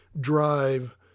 drive